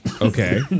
okay